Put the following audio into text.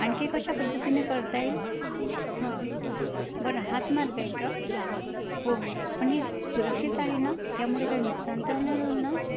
आणखी कशा पद्धतीने करता येईल हां बरं हाच मार्ग आहे का हो हो पण हे सुरक्षित आहे ना यामुळे काही नुकसान तर नाही होईल ना